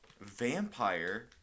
vampire